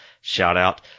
Shout-out